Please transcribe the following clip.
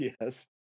yes